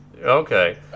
Okay